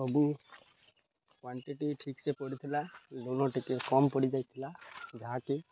ସବୁ କ୍ଵାଣ୍ଟିଟି ଠିକ୍ ସେ ପଡ଼ିଥିଲା ଲୁଣ ଟିକେ କମ୍ ପଡ଼ିଯାଇଥିଲା ଯାହାକି